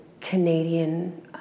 Canadian